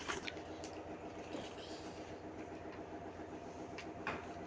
दोमट मिट्टी में पोषक तत्वों की कमी को पूरा कैसे किया जा सकता है?